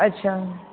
अच्छा